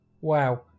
Wow